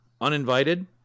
uninvited